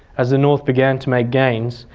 as the north began to make gains,